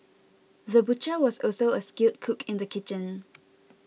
the butcher was also a skilled cook in the kitchen